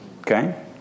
Okay